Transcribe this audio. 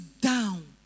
down